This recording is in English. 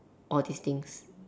all these things